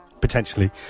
potentially